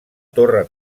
torre